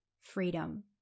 freedom